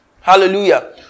Hallelujah